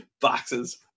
Boxes